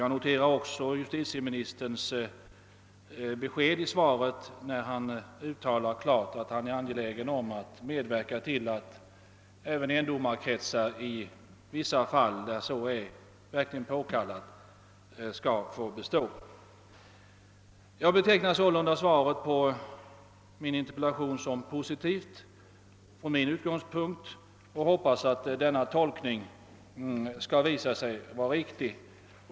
Jag noterar också att justitieministern i svaret deklarerar att han är angelägen att medverka till att även endomarkretsar får bestå där så kan anses påkallat. Jag betecknar sålunda svaret på min interpellation som positivt från min utgångspunkt och hoppas att denna tolkning skall visa sig vara riktig.